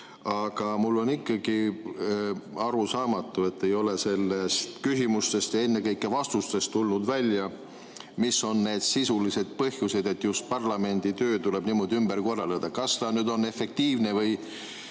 Aga mulle on ikkagi arusaamatu, et ei ole küsimustest ja ennekõike vastustest tulnud välja, mis on need sisulised põhjused, et just parlamendi töö tuleb niimoodi ümber korraldada. Kas see on efektiivne või